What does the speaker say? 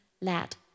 Let